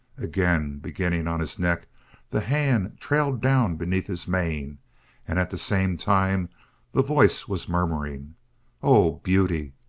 again beginning on his neck the hand trailed down beneath his mane and at the same time the voice was murmuring oh beauty!